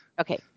Okay